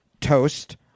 toast